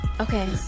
Okay